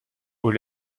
aux